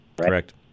Correct